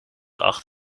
acht